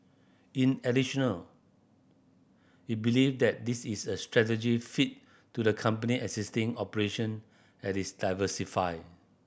in additional it believe that this is a strategic fit to the company existing operation as it diversify